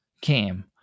came